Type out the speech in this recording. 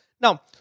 Now